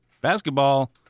Basketball